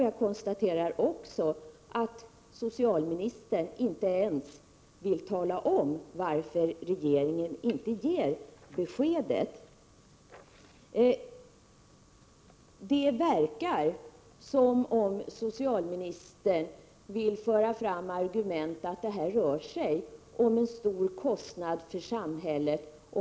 Jag konstaterar också att socialministern inte ens vill tala om varför regeringen inte ger något besked. Det verkar som om socialministern önskar föra fram argumentet att det här rör sig om en stor kostnad för samhället.